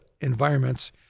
environments